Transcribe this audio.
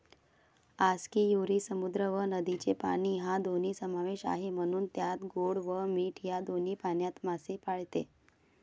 आस्कियुरी समुद्र व नदीचे पाणी या दोन्ही समावेश आहे, म्हणून त्यात गोड व मीठ या दोन्ही पाण्यात मासे पाळते